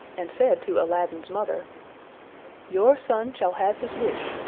and said to aladdin's mother your son shall have his wish,